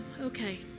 Okay